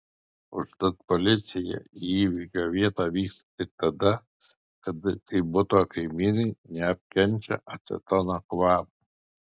užtat policija į įvykio vietą vyksta tik tada kai buto kaimynai nebepakenčia acetono kvapo